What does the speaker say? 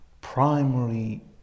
primary